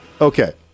Okay